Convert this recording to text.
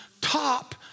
top